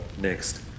next